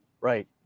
Right